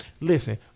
listen